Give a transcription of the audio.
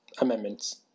amendments